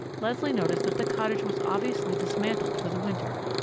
leslie noticed that the cottage was obviously dismantled for the winter.